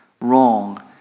wrong